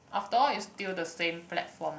after all is still the same platform